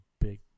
big